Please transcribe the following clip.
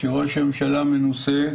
כשראש הממשלה מנוסה,